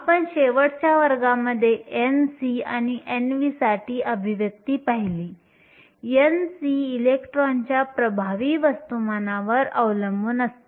आपण शेवटच्या वर्गामध्ये Nc आणि Nv साठी अभिव्यक्ती पाहिली Nc इलेक्ट्रॉनच्या प्रभावी वस्तुमानावर अवलंबून असते